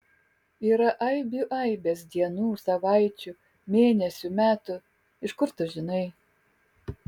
yra aibių aibės dienų savaičių mėnesių metų iš kur tu žinai